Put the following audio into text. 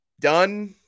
done